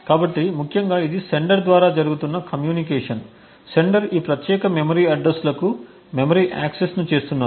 కాబట్టి ముఖ్యంగా ఇది సెండర్ ద్వారా జరుగుతున్న కమ్యూనికేషన్ సెండర్ ఈ ప్రత్యేక మెమరీ అడ్రస్లకు మెమరీ యాక్సెస్ను చేస్తున్నారు